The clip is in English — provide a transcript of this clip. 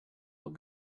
what